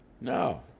No